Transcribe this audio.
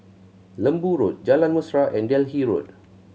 Lembu Road Jalan Mesra and Delhi Road